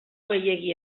gehiegi